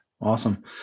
awesome